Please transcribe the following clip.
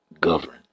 govern